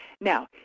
Now